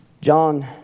John